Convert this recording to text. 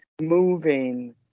moving